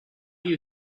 you